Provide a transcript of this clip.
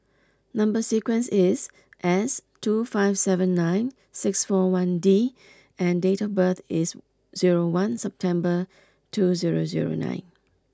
number sequence is S two five seven nine six four one D and date of birth is zero one September two zero zero nine